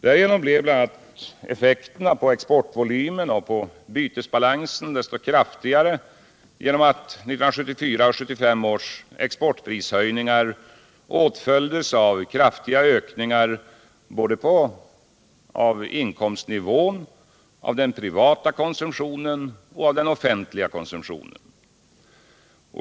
Däremot blev bl.a. effekterna på exportvolymen och på bytesbalansen desto kraftigare genom att 1974 och 1975 års exportprishöjningar åtföljdes av kraftiga ökningar både av inkomstnivån och av den privata och offentliga konsumtionen.